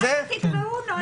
בעד שתקבעו נהלים.